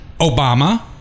Obama